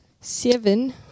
seven